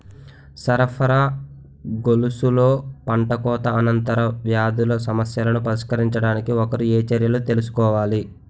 సరఫరా గొలుసులో పంటకోత అనంతర వ్యాధుల సమస్యలను పరిష్కరించడానికి ఒకరు ఏ చర్యలు తీసుకోవాలి?